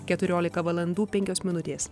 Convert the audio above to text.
keturiolika valandų penkios minutės